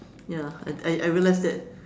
ya I I I realize that